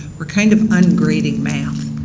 we're kind of ungrading math.